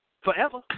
forever